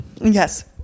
Yes